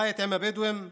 בית עם הבדואים בנגב,